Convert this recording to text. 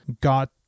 got